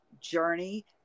journey